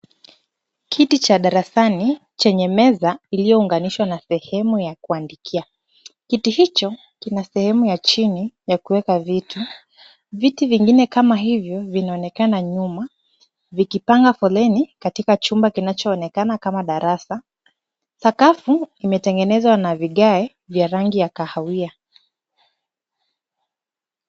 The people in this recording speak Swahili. Kiti cha darasani chenye meza iliyounganishwa na sehemu ya kuandikia. Kiti hicho kina sehemu ya chini ya kuweka vitu. Viti vingine kama hivyo vinaonekana nyuma ,vikipanga foleni katika chumba kinachoonekana kama darasa. Sakafu imetengenezwa na vigae vya rangi ya kawahia.